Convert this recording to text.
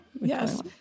Yes